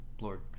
lord